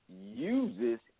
uses